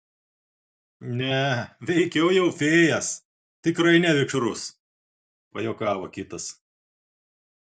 ne veikiau jau fėjas tikrai ne vikšrus pajuokavo kitas